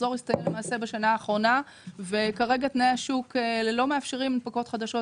המחזור הסתיים בשנה האחרונה וכרגע תנאי השוק לא מאפשרים הנפקות חדשות,